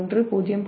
1 0